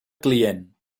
client